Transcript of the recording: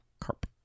Carp